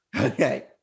Okay